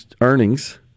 earnings